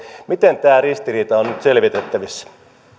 miten tämä ristiriita on nyt selvitettävissä